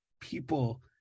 people